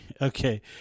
okay